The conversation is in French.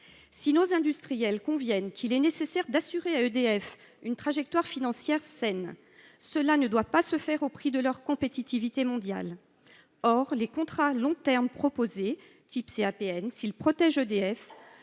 Si nos industriels conviennent qu’il est nécessaire d’assurer à EDF une trajectoire financière saine, cela ne doit pas se faire au prix de leur compétitivité mondiale. Or les contrats de long terme proposés, comme les contrats